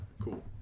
cool